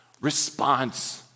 Response